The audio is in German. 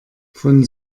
von